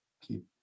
Keep